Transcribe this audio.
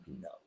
No